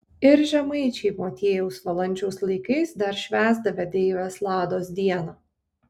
ir žemaičiai motiejaus valančiaus laikais dar švęsdavę deivės lados dieną